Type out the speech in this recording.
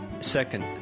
second